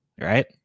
Right